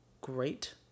great